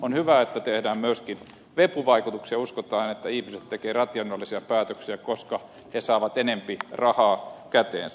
on hyvä että tehdään myöskin vipuvaikutuksia ja uskotaan että ihmiset tekevät rationaalisia päätöksiä koska he saavat enemmän rahaa käteensä